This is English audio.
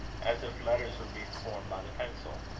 as if letters were being formed by the pencil.